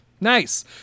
Nice